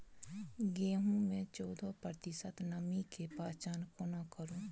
गेंहूँ मे चौदह प्रतिशत नमी केँ पहचान कोना करू?